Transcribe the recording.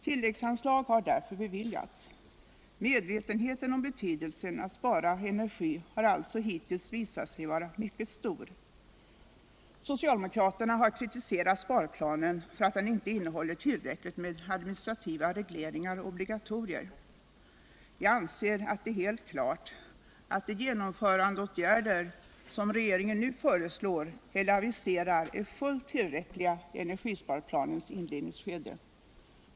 Tilläggsanslag har därför beviljuts. Medvetenheten om betydelsen av utt spara energi har alltså hittills visat sig vara mycket stor. Socialdemokraterna har kritiserat sparplanen för att den inte innehåller tillräckligt med administrativa regleringar och obligatorier. Jag anser att det är helt klart att de genomförandeåtgärder som regeringen nu föreslår eller aviserar är fullt tillräckliga i energisparplanens inledningsskede.